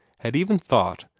had even thought,